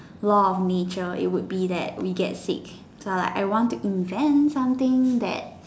law of nature it would be that we get sick so I like want to invent something that